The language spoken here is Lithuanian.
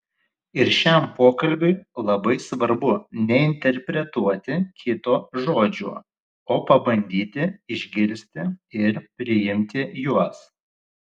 ir šiam pokalbiui labai svarbu neinterpretuoti kito žodžių o pabandyti išgirsti ir priimti juos